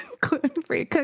gluten-free